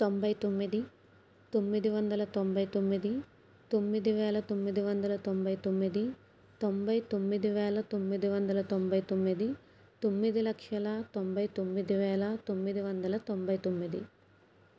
తొంభై తొమ్మిది తొమ్మిది వందల తొంభై తొమ్మిది తొమ్మిది వేల తొమ్మిది వందల తొంభై తొమ్మిది తొంభై తొమ్మిది వేల తొమ్మిది వందల తొంభై తొమ్మిది తొమ్మిది లక్షల తొంభై తొమ్మిది వేల తొమ్మిది వందల తొంభై తొమ్మిది